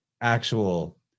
actual